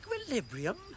equilibrium